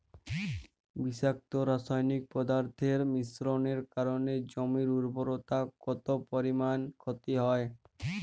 বিষাক্ত রাসায়নিক পদার্থের মিশ্রণের কারণে জমির উর্বরতা কত পরিমাণ ক্ষতি হয়?